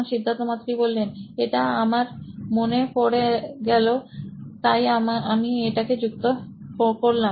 সিদ্ধার্থ মাতু রি সি ই ও নোইন ইলেক্ট্রনিক্স এটা আমার মনে পরে এলো তাই আমাকে এটা যুক্ত করতে হলো